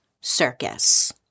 circus